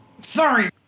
Sorry